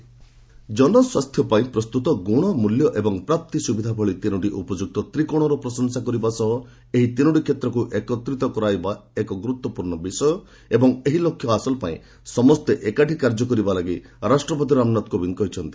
global health care summit ଜନସ୍ୱାସ୍ଥ୍ୟ ପାଇଁ ପ୍ରସ୍ତୁତ ଗୁଣ ମୂଲ୍ୟ ଏବଂ ପ୍ରାପ୍ତି ସୁବିଧା ଭଳି ତିନୋଟି ଉପଯୁକ୍ତ ତ୍ରିକୋଶର ପ୍ରଶଂସା କରିବା ସହ ଏହି ତିନୋଟି କ୍ଷେତ୍ରକୁ ଏକତ୍ରିତ କରାଇବା ଏକ ଗୁରୁତ୍ୱପୂର୍ଣ୍ଣ ବିଷୟ ଏବଂ ଏହି ଲକ୍ଷ୍ୟ ହାସଲ ପାଇଁ ସମସ୍ତେ ଏକାଠି କାର୍ଯ୍ୟ କରିବା ଲାଗି ରାଷ୍ଟ୍ରପତି ରାମନାଥ କୋବିନ୍ଦ କହିଛନ୍ତି